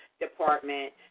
Department